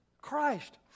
Christ